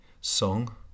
song